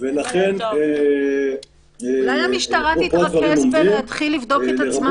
ולכן --- אולי המשטרה תתרכז בלהתחיל לבדוק את עצמה